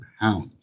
pounds